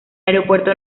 aeropuerto